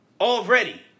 already